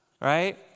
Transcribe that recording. right